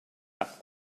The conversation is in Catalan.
cap